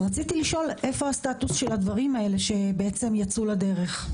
רציתי לשאול איפה הסטטוס של הדברים האלה שיצאו לדרך.